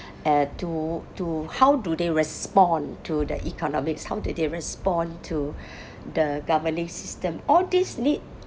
and to to how do they respond to the economics how do they respond to the governing system all these need